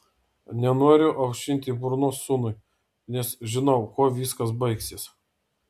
nenoriu aušinti burnos sūnui nes žinau kuo viskas baigsis